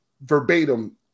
verbatim